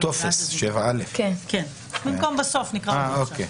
זה הטופס 7א. כן, במקום בסוף נקרא אותה עכשיו.